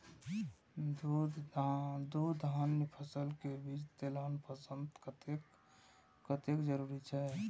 दू धान्य फसल के बीच तेलहन फसल कतेक जरूरी छे?